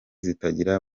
zitagira